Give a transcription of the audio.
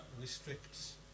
restricts